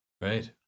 Right